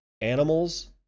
animals